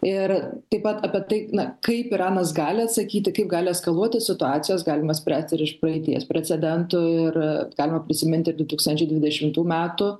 ir taip pat apie tai na kaip iranas gali atsakyti kaip gali eskaluoti situacijas galima spręst ir iš praeities precedentų ir galima prisiminti ir du tūkstančiai dvidešimtų metų